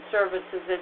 Services